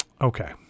okay